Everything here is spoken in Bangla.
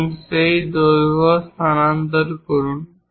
এবং সেই দৈর্ঘ্য স্থানান্তর করুন